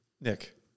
Nick